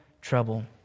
trouble